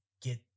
get